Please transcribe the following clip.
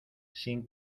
sin